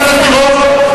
אדוני לא, את צבועה.